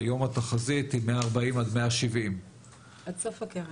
היום התחזית היא 140 עד 170. עד סוף הקרן.